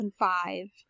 2005